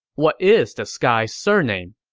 what is the sky's surname?